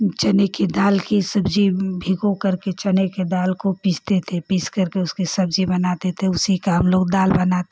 चने की दाल की सब्ज़ी भिगो करके चने की दाल को पीसते थे पीस करके उसकी सब्ज़ी बनाते थे उसी का हमलोग दाल बनाते थे